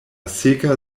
seka